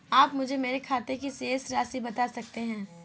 आप मुझे मेरे खाते की शेष राशि बता सकते हैं?